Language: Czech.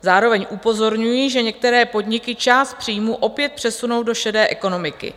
Zároveň upozorňují, že některé podniky část příjmů opět přesunou do šedé ekonomiky.